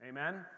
Amen